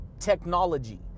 technology